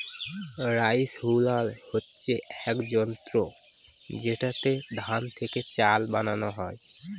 rice huller হচ্ছে এক যন্ত্র যেটাতে ধান থেকে চাল বানানো হয়